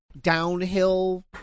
downhill